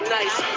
nice